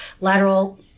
lateral